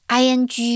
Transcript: ing